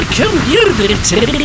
community